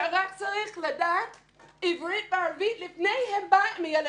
שרק צריך לדעת עברית וערבית לפני שהם באים עם הילדים.